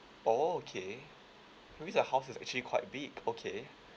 oh okay that means your house is actually quite big okay